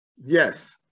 Yes